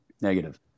negative